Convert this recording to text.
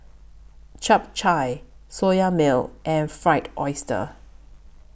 Chap Chai Soya Milk and Fried Oyster